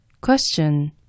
Question